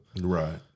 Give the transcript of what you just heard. Right